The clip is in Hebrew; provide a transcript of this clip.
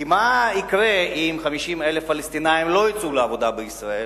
כי מה יקרה אם 50,000 פלסטינים לא יצאו לעבודה בישראל?